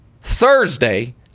Thursday